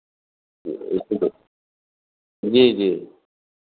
यह एक दो जी जी